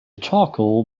charcoal